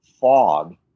fog